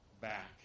back